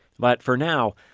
but for now,